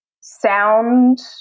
sound